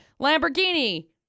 Lamborghini